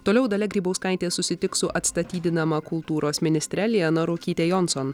toliau dalia grybauskaitė susitiks su atstatydinama kultūros ministre liana ruokyte jonson